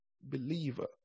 believer